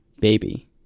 baby